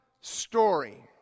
story